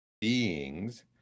beings